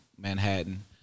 Manhattan